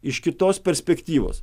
iš kitos perspektyvos